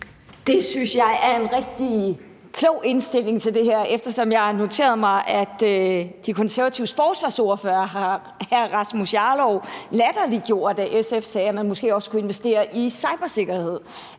Det synes jeg er en rigtig klog indstilling til det her, eftersom jeg har noteret mig, at De Konservatives forsvarsordfører, hr. Rasmus Jarlov, har latterliggjort, at SF sagde, at man måske også skulle investere i cybersikkerhed,